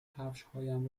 کفشهایم